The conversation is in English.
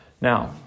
Now